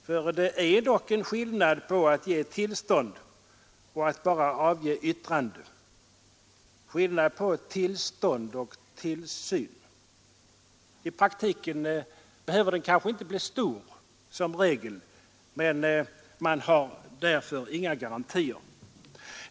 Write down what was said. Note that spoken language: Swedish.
För det är dock en skillnad mellan att ge tillstånd och att bara avge ett yttrande — skillnaden mellan tillstånd och tillsyn. I praktiken behöver skillnaden som regel kanske inte blir så stor, men man har inga garantier därför.